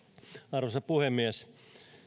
arvoisa puhemies